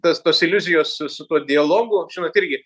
tas tos iliuzijos su tuo dialogu žinot irgi